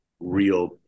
real